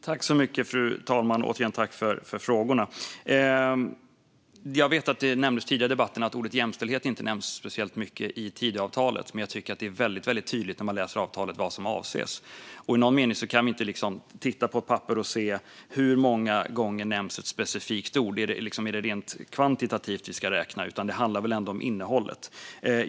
Fru talman! Jag vill återigen tacka ledamoten för frågorna. Jag vet att det sades tidigare i debatten att ordet jämställdhet inte nämns speciellt mycket i Tidöavtalet, men när man läser avtalet tycker jag att det är väldigt tydligt vad som avses. Vi kan kanske inte bara titta på ett papper och se hur många gånger ett specifikt ord nämns och räkna rent kvantitativt, utan det handlar väl ändå om innehållet.